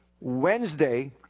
Wednesday